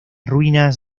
ruinas